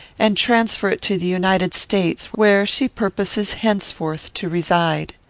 and transfer it to the united states, where she purposes henceforth to reside.